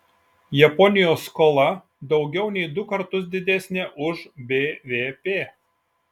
japonijos skola daugiau nei du kartus didesnė už bvp